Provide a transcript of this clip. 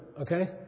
okay